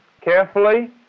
carefully